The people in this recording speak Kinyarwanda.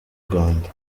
rwanda